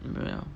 well